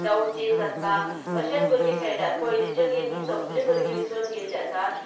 जावूं चेस आसता तशेंच भुरगीं खेळटात पयलीच्यो गेमी सगल्यो भुरगीं विसरून गेल्ले आसा